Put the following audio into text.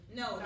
no